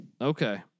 Okay